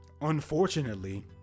unfortunately